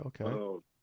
okay